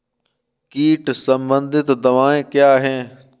कीट संबंधित दवाएँ क्या हैं?